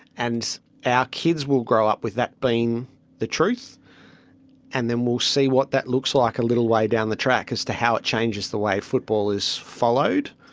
and our kids will grow up with that being the truth and then we'll see what that looks like a little way down the track as to how it changes the way football is followed.